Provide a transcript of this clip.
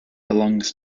belongs